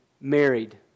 married